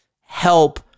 help